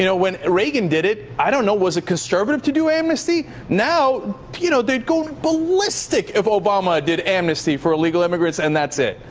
you know when reagan did it, i don't know, was it conservative to do amnesty? now, you know, they'd go ballistic if obama did amnesty for illegal immigrants and that's it.